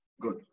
Good